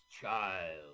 Child